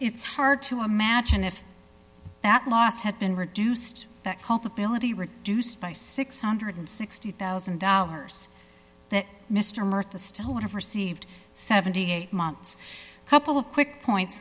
it's hard to imagine if that loss had been reduced that culpability reduced by six hundred and sixty thousand dollars that mr murtha still would have received seventy eight months couple of quick point